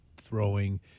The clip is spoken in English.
throwing